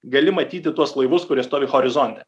gali matyti tuos laivus kurie stovi horizonte